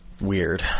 weird